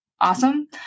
Awesome